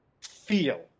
feel